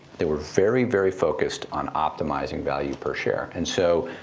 they were very, very focused on optimizing value per share. and so,